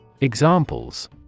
Examples